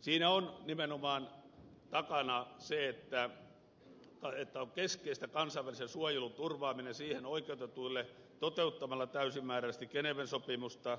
siinä on nimenomaan takana se että keskeistä on kansainvälisen suojelun turvaaminen siihen oikeutetuille toteuttamalla täysimääräisesti geneven sopimusta